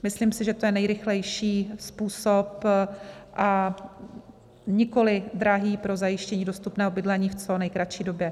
Myslím si, že to je nejrychlejší způsob, a nikoliv drahý pro zajištění dostupného bydlení v co nejkratší době.